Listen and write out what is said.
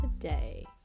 today